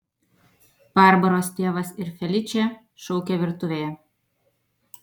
barbaros tėvas ir feličė šaukė virtuvėje